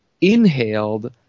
inhaled